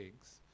eggs